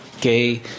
gay